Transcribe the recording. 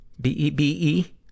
B-E-B-E